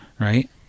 right